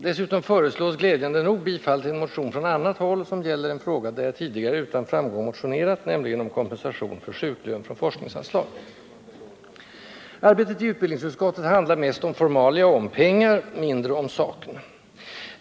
Dessutom föreslås glädjande nog bifall till en motion från annat håll som gäller en fråga där jag tidigare utan framgång motionerat, nämligen om kompensation för sjuklön från forskningsanslag. Arbetet i utbildningsutskottet handlar mest om formalia och om pengar, mindre om saken.